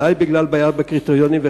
אולי בגלל בעיית הקריטריונים,